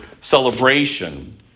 celebration